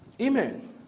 Amen